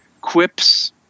quips